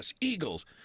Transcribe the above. Eagles